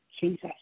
Jesus